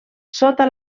sota